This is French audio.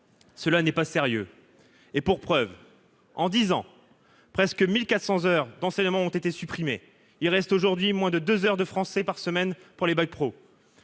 cela n'est pas sérieux et pour preuve en 10 ans presque 1400 heures d'enseignement ont été supprimés, il reste aujourd'hui moins de 2 heures de français par semaine pour les bacs pro.